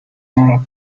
nara